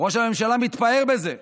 ראש הממשלה מתפאר בזה.